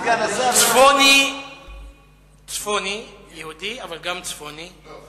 צפוני יהודי, אבל גם צפוני, לא.